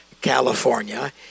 California